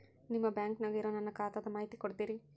ನಿಮ್ಮ ಬ್ಯಾಂಕನ್ಯಾಗ ಇರೊ ನನ್ನ ಖಾತಾದ ಮಾಹಿತಿ ಕೊಡ್ತೇರಿ?